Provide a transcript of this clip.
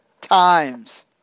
times